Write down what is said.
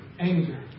anger